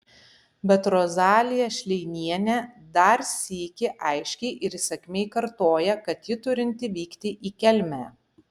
bet rozalija šleinienė dar sykį aiškiai ir įsakmiai kartoja kad ji turinti vykti į kelmę